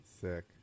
Sick